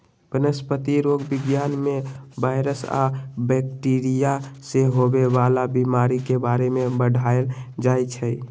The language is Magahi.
वनस्पतिरोग विज्ञान में वायरस आ बैकटीरिया से होवे वाला बीमारी के बारे में पढ़ाएल जाई छई